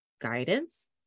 guidance